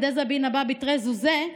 "דזבין אבא בתרי זוזי",